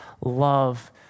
love